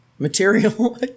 material